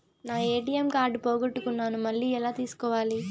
నా ATM card పోగొట్టుకున్నాను, మళ్ళీ ఎలా తీసుకోవాలి?